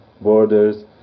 borders